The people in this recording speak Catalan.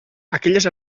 aquelles